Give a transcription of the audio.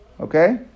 Okay